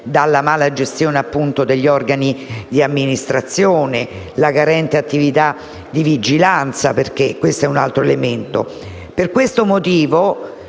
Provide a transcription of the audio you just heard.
alla mala gestione degli organi di amministrazione, alla carente attività di vigilanza, che rappresenta un altro elemento. Per questo motivo,